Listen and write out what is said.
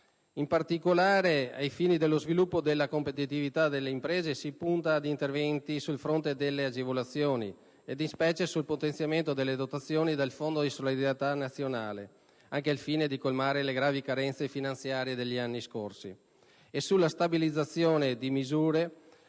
In particolare, ai fini dello sviluppo della competitività delle imprese, si punta ad interventi sul fronte delle agevolazioni e, in specie, sul potenziamento delle dotazioni del Fondo di solidarietà nazionale (anche al fine di colmare le gravi carenze finanziarie degli anni scorsi), e sulla stabilizzazione, in misure